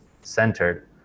centered